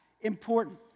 important